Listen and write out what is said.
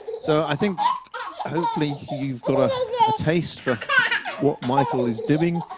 so, i think hopefully you've got a ah taste for what michael is doing.